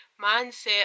mindset